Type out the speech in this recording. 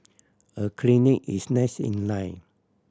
a clinic is next in line